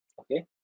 Okay